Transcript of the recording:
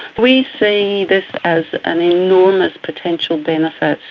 we see this as an enormous potential benefit.